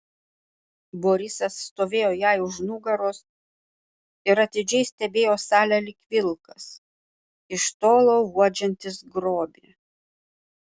borisas stovėjo jai už nugaros ir atidžiai stebėjo salę lyg vilkas iš tolo uodžiantis grobį